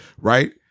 right